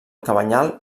cabanyal